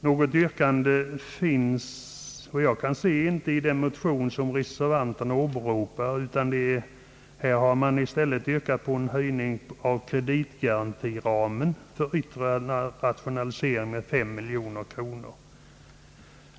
Något sådant yrkande framställs, såvitt jag kan finna, inte i den motion som reservationen åberopar, utan där har man i stället yrkat på en höjning av kreditgarantiramen för yttre rationalisering med 5 miljoner kronor.